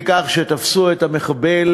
שתפסו את המחבל,